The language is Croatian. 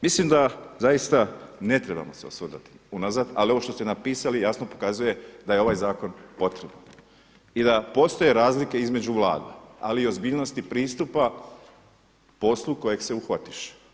Mislim da zaista ne trebamo osvrtati unazad ali ovo što ste napisali jasno pokazuje da je ovaj zakon potreban i da postoje razlike između vlada, ali i ozbiljnosti pristupa poslu kojeg se uhvatiš.